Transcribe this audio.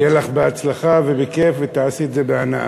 שיהיה לך בהצלחה ובכיף ותעשי את זה בהנאה.